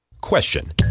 Question